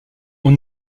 ont